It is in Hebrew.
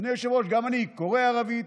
אדוני היושב-ראש, גם אני קורא ערבית,